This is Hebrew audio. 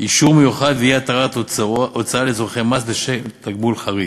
(אישור מיוחד ואי-התרת הוצאה לצורכי מס בשל תגמול חריג)